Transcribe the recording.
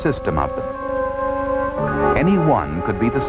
system up anyone could be the